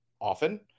often